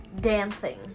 dancing